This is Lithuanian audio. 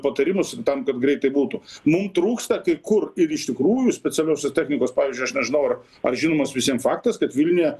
patarimus tam kad greitai būtų mum trūksta kai kur ir iš tikrųjų specialiosios tarnybos pavyzdžiui aš nežinau ar ar žinomas visiem faktas kad vilniuje